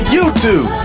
YouTube